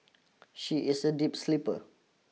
she is a deep sleeper